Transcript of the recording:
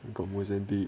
got Mozambique